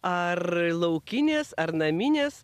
ar laukinės ar naminės